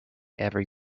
every